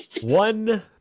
one